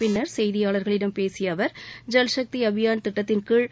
பின்னர் செய்தியாளர்களிடம் பேசிய அவர் ஜல் சக்தி அபியான் திட்டத்தின்கீழ்